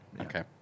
Okay